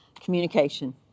communication